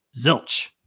zilch